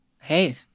hey